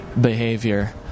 Behavior